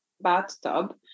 bathtub